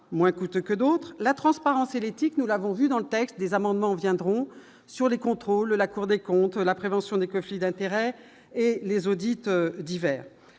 moins coûteux que d'autres, la transparence et l'éthique, nous l'avons vu dans le texte des amendements viendront sur les contrôles de la Cour des comptes, la prévention des conflits d'intérêts et les auditeurs divers